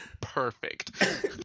perfect